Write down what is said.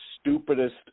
stupidest